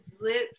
lips